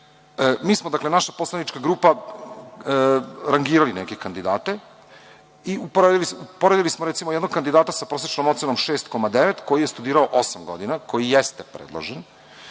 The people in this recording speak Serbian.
smo, dakle, naša poslanička grupa, rangirali neke kandidate i uporedili smo, recimo, jednog kandidata sa prosečnom ocenom 6,9 koji je studirao osam godina, koji jeste predložen